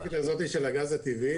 בנושא של הגז הטבעי